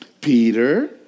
Peter